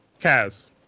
kaz